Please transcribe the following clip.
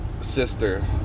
sister